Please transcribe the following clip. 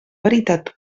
veritat